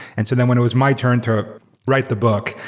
and so then when it was my turn to write the book,